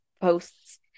posts